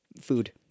Food